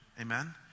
Amen